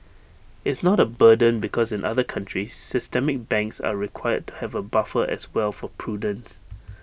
it's not A burden because in other countries systemic banks are required to have A buffer as well for prudence